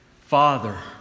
Father